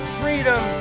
freedom